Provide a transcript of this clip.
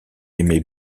aimait